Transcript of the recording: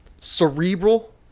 cerebral